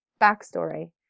backstory